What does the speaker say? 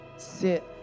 sit